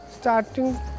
starting